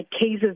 cases